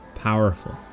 powerful